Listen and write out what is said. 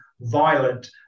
violent